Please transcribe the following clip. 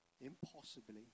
impossibly